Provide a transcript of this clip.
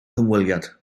hymweliad